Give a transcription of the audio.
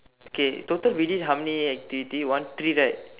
okay total we did how many activity one three right